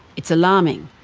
it's alarming.